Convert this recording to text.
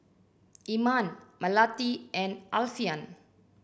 Iman Melati and Alfian